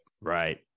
Right